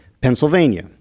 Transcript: Pennsylvania